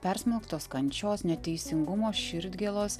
persmelktos kančios neteisingumo širdgėlos